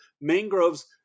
mangroves